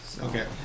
Okay